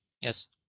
Yes